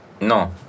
No